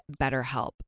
BetterHelp